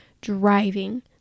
driving